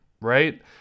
right